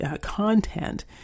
content